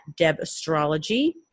debastrology